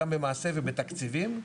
גם במעשה ובתקציבים.